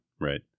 right